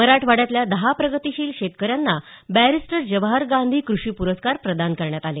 मराठवाड्यातल्या दहा प्रगतीशील शेतकऱ्यांना बैरिस्टर जवाहर गांधी कृषी पुरस्कार प्रदान करण्यात आले